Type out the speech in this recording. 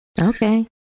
Okay